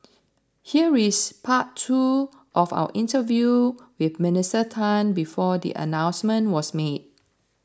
here is part two of our interview with Minister Tan before the announcement was made